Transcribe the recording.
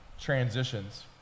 transitions